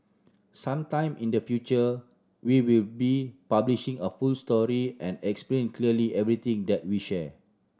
some time in the future we will be publishing a full story and explain clearly everything that we share